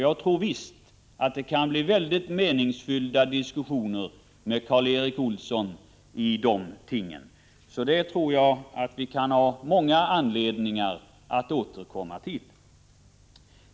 Jag tror visst att det kan bli mycket meningsfyllda diskussioner med Karl Erik Olsson om dessa ting, så detta kan vi ha många anledningar att återkomma till.